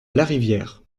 larivière